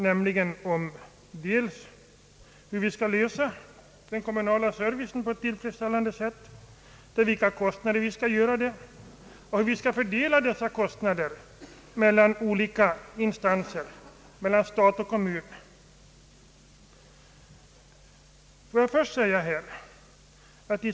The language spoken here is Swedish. Det gäller hur vi skall ordna kommunal service på ett tillfredsställande sätt, till vilka kostnader vi skall göra detta och hur vi skall fördela dessa kostnader mellan olika instanser — mellan stat och kommun.